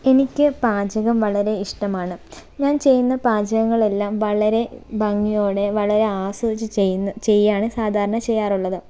എനിക്ക് പാചകം വളരെ ഇഷ്ടമാണ് ഞാൻ ചെയ്യുന്ന പാചകങ്ങളെല്ലാം വളരെ ഭംഗിയോടെ വളരെ ആസ്വദിച്ച് ചെയ്യുന്ന ചെയ്യുകയാണ് സാധാരണ ചെയ്യാറുള്ളത്